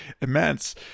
immense